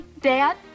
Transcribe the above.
Dad